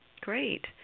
Great